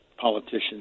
politicians